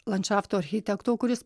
landšafto architekto kuris